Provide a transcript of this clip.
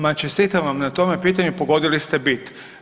Ma čestitam vam na tom pitanju, pogodili ste bit.